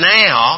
now